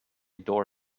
door